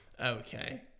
okay